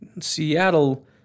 Seattle